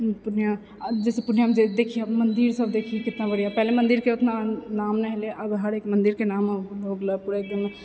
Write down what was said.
पूर्णिया जैसे पूर्णियामे देखी मन्दिर सब देखी कितना बढ़िआँ पहिले मन्दिरके उतना नाम नहि हलै आब हरेक मन्दिरके नाम हो गेलऽ पूरा एकदम